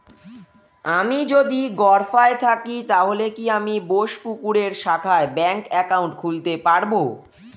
আমি যদি গরফায়ে থাকি তাহলে কি আমি বোসপুকুরের শাখায় ব্যঙ্ক একাউন্ট খুলতে পারবো?